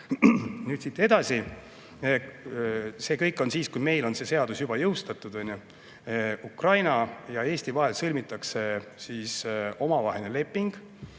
Nüüd siit edasi. See kõik on siis, kui meil on see seadus juba jõustunud. Ukraina ja Eesti vahel sõlmitakse omavaheline leping,